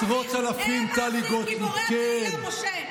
הם אחים גיבורי תהילה, משה?